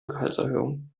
gehaltserhöhung